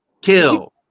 Kill